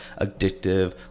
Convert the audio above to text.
addictive